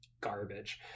garbage